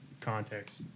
context